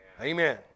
Amen